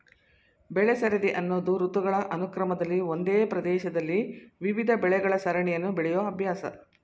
ಬೆಳೆಸರದಿ ಅನ್ನೋದು ಋತುಗಳ ಅನುಕ್ರಮದಲ್ಲಿ ಒಂದೇ ಪ್ರದೇಶದಲ್ಲಿ ವಿವಿಧ ಬೆಳೆಗಳ ಸರಣಿಯನ್ನು ಬೆಳೆಯೋ ಅಭ್ಯಾಸ